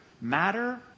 matter